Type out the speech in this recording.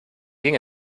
ging